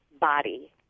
body